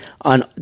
on